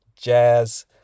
jazz